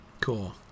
cool